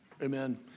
Amen